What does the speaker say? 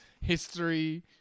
history